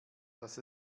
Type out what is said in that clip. dass